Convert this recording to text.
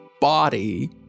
body